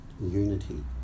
unity